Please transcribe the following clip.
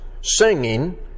singing